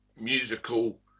musical